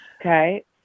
okay